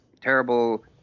terrible